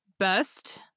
best